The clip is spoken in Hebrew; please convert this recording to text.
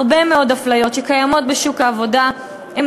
הרבה מאוד אפליות שקיימות בשוק העבודה הן